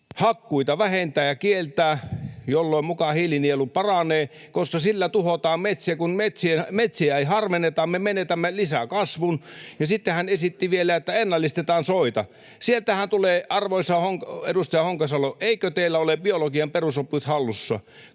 hakkuita vähentää ja kieltää, jolloin hiilinielu muka paranee, koska sillä tuhotaan metsiä, ja kun metsiä ei harvenneta, me menetämme lisäkasvun. Ja sitten hän esitti vielä, että ennallistetaan soita. Arvoisa edustaja Honkasalo, eikö teillä ole biologian perusopetus hallussa?